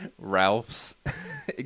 ralph's